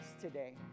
today